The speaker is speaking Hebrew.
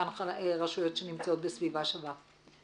אותן רשויות שנמצאות בסביבה שווה,